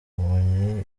kamonyi